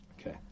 Okay